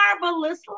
marvelous